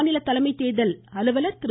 மாநில தலைமை தோதல் அலுவலா் திரு